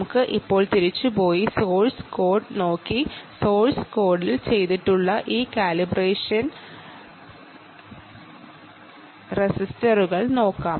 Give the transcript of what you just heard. നമുക്ക് ഇപ്പോൾ തിരിച്ചുപോയി സോഴ്സ് കോഡ് നോക്കി സോഴ്സ് കോഡിൽ ചെയ്തിട്ടുള്ള ഈ കാലിബ്രേഷൻ റെസിസ്റ്ററുകൾ നോക്കാം